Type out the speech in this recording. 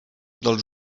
dels